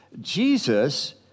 Jesus